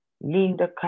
Linda